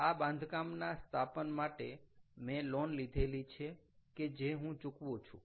આ બાંધકામના સ્થાપન માટે મેં લોન લીધેલી છે કે જે હું ચૂકવું છું